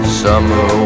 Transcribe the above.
summer